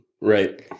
Right